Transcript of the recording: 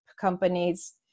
companies